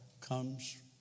comes